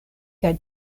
kaj